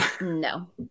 No